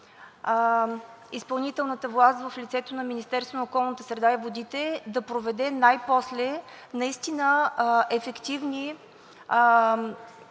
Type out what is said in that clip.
Изпълнителната власт в лицето на Министерството на околната среда и водите да проведе най-после наистина ефективни